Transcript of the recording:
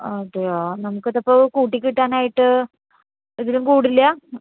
അതെയോ നമുക്കിതിപ്പോള് കൂട്ടിക്കിട്ടാനായിട്ട് ഇതിലും കൂടില്ലാ